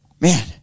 Man